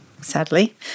sadly